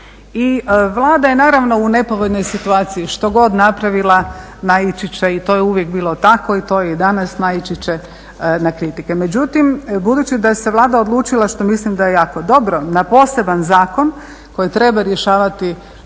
I Vlada je naravno u nepovoljnoj situaciji, što god napravila naići će i to je uvijek bilo tako i to je i danas, naići će na kritike. Međutim budući da se Vlada odlučila, što mislim je jako dobro, na poseban zakon koji treba rješavati probleme